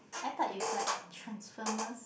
I thought it's like transformers